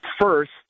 first